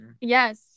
Yes